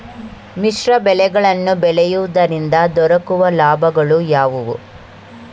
ಮಿಶ್ರ ಬೆಳೆಗಳನ್ನು ಬೆಳೆಯುವುದರಿಂದ ದೊರಕುವ ಲಾಭಗಳು ಯಾವುವು?